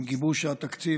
עם גיבוש התקציב,